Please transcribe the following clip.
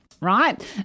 right